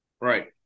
Right